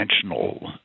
conventional